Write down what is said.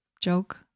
joke